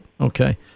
Okay